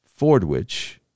Fordwich